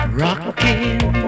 rocking